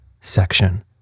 section